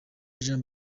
jean